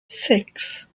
six